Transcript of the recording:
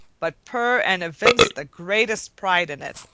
but purr and evince the greatest pride in it.